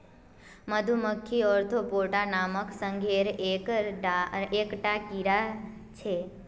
मधुमक्खी ओर्थोपोडा नामक संघेर एक टा कीड़ा छे